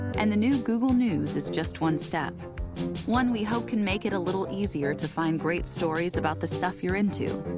and the new google news is just one step one we hope can make it a little easier to find great stories about the stuff you're into,